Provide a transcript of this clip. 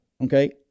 Okay